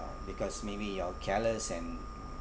because maybe you're careless and